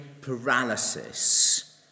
paralysis